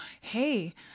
Hey